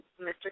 Mr